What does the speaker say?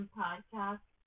podcast